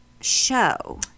show